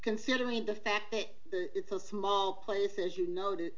considering the fact that it's a small place as you know that